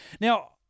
now